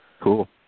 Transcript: Cool